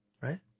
Right